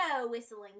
whistling